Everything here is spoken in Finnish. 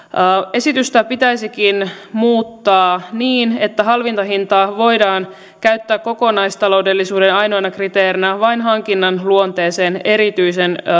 esitystä pitäisikin muuttaa niin että halvinta hintaa voidaan käyttää kokonaistaloudellisuuden ainoana kriteerinä vain hankinnan luonteeseen liittyvästä erityisen